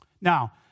Now